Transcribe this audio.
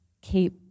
keep